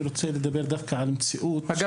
אני רוצה לדבר דווקא על המציאות ש- -- אגב